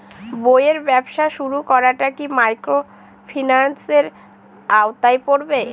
বইয়ের ব্যবসা শুরু করাটা কি মাইক্রোফিন্যান্সের আওতায় পড়বে?